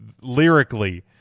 lyrically